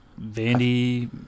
Vandy